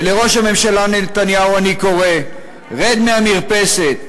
ולראש הממשלה נתניהו אני קורא: רד מהמרפסת,